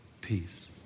peace